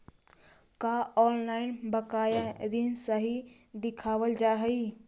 का ऑनलाइन बकाया ऋण सही दिखावाल जा हई